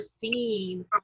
seen